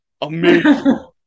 Amazing